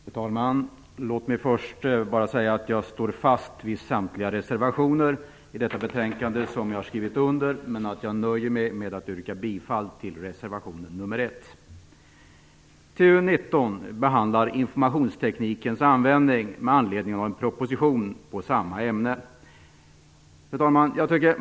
Fru talman! Låt mig först säga att jag står fast vid samtliga reservationer i detta betänkande som jag har skrivit under. Jag nöjer mig dock med att yrka bifall till reservation nr 1. Fru talman! I TU19 behandlas informationsteknikens användning med anledning av en proposition i samma ämne.